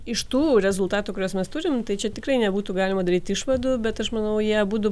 iš tų rezultatų kuriuos mes turim tai čia tikrai nebūtų galima daryti išvadų bet aš manau jie abudu